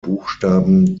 buchstaben